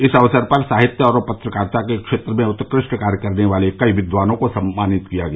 इस अवसर पर साहित्य और पत्रकारिता के क्षेत्र में उत्कृष्ट कार्य करने वाले कई विद्वानों को सम्मानित किया गया